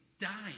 dying